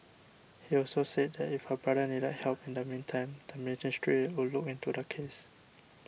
he also said that if her brother needed help in the meantime the ministry would look into the case